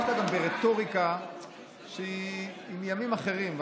השתמשת ברטוריקה מימים אחרים.